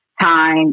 time